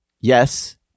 yes